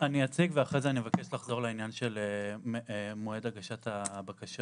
אני אציג ואחרי זה אני אבקש לחזור לעניין של מועד הגשת הבקשות.